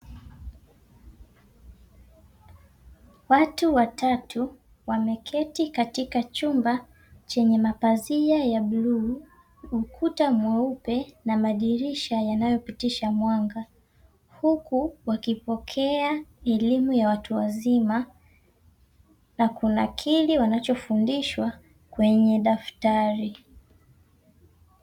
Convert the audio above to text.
Watu watatu wameketi katika chumba chenye mapazia ya bluu, ukuta mweupe, na madirisha yanayopitisha mwanga, huku wakipokea elimu ya watu wazima na kunakili wanachofundishwa kwenye daftari.